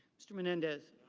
mr. menendez.